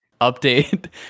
update